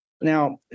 Now